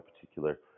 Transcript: particular